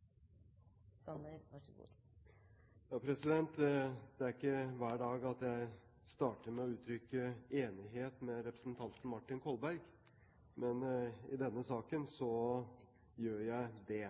ikke hver dag jeg starter med å uttrykke enighet med representanten Martin Kolberg, men i denne saken gjør jeg det,